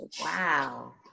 Wow